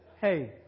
Hey